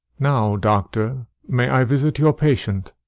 now, doctor, may i visit your patient?